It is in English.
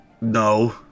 No